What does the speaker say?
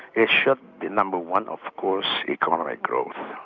it should be number one of course economic growth.